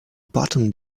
bottom